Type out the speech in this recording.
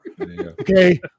okay